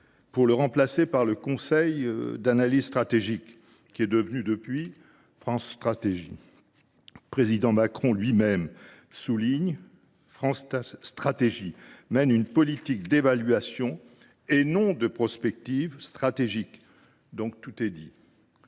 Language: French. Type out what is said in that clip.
pour le remplacer par le Conseil d’analyse stratégique (CAS), devenu France Stratégie ? Le président Macron lui même le souligne :« France Stratégie mène une politique d’évaluation et non de prospective stratégique. » Tout est dit